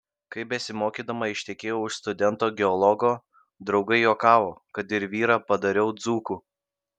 kai besimokydama ištekėjau už studento geologo draugai juokavo kad ir vyrą padariau dzūku